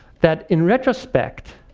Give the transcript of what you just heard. that in retrospect,